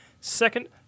second